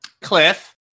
Cliff